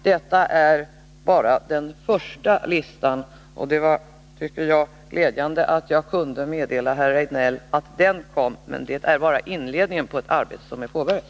Detta är bara den första listan, och det är glädjande, tycker jag, att jag kunde meddela herr Rejdnell att den kommer. Men det är bara inledningen på ett arbete som är påbörjat.